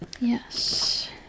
Yes